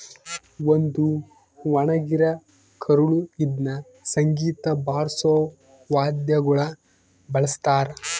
ಒಂದು ಒಣಗಿರ ಕರಳು ಇದ್ನ ಸಂಗೀತ ಬಾರ್ಸೋ ವಾದ್ಯಗುಳ ಬಳಸ್ತಾರ